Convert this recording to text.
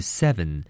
seven